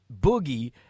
Boogie